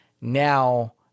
now